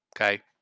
Okay